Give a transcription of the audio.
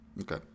Okay